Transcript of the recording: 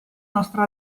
nostra